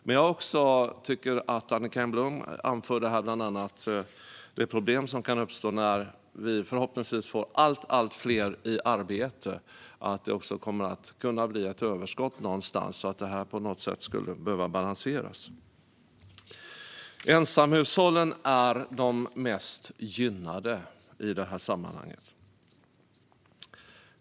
Som Annicka Engblom anförde kan problem uppstå när vi - förhoppningsvis - får allt fler i arbete; det kommer också att kunna bli ett överskott någonstans, så att det här på något sätt skulle behöva balanseras. Ensamhushållen är de mest gynnade i sammanhanget.